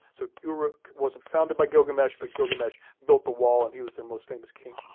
so uruk wasn't founded by gilgamesh, but gilgamesh built the wall and he was the most famous king.